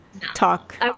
talk